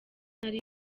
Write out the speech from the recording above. nari